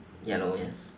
yellow yes